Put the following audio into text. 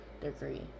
degree